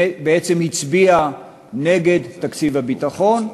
בעצם הצביעה נגד תקציב הביטחון,